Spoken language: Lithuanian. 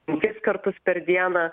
penkis kartus per dieną